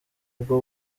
ubwo